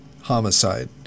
homicide